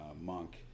monk